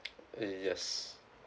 uh yes